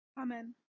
Amen